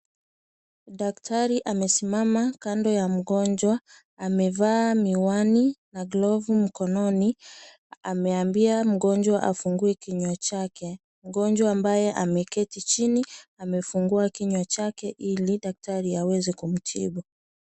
Daktari amesimama kando ya mgonjwa. Amevaa miwani na glovu mikononi. Ameambia mgonjwa afungue kinywa chake. Mgonjwa ambaye ameketi chini, amefungua kinywa chake ili daktari aweze kumtibu.